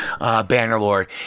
Bannerlord